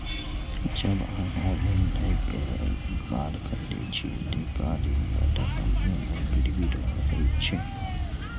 जब अहां ऋण लए कए कार खरीदै छियै, ते कार ऋणदाता कंपनी लग गिरवी रहै छै